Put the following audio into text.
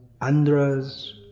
Andras